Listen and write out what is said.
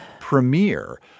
premiere